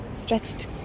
stretched